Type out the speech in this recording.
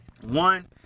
One